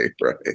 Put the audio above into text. right